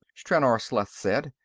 stranor sleth said.